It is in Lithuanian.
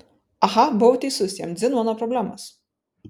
aha buvau teisus jam dzin mano problemos